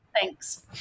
Thanks